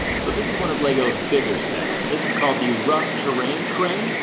so this is one of lego's bigger sets. this is called the rough terrain crane,